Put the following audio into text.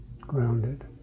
grounded